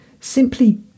simply